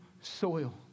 soil